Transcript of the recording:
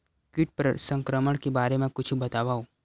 कीट संक्रमण के बारे म कुछु बतावव?